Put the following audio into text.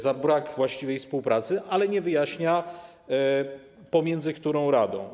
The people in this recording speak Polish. za brak właściwej współpracy, ale nie wyjaśnia pomiędzy którą radą.